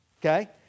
Okay